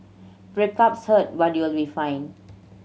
breakups hurt but you'll be fine